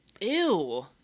Ew